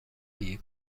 ایه